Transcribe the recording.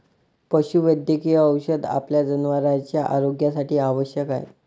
पशुवैद्यकीय औषध आपल्या जनावरांच्या आरोग्यासाठी आवश्यक आहे